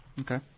Okay